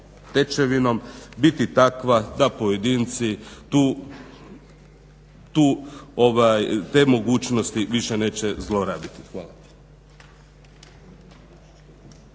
stečevinom biti takva da pojedinci te mogućnosti više neće zlorabiti. Hvala.